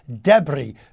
debris